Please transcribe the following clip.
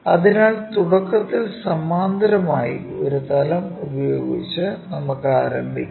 അതിനാൽ തുടക്കത്തിൽ സമാന്തരമായി ഒരു തലം ഉപയോഗിച്ച് നമുക്ക് ആരംഭിക്കാം